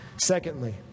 Secondly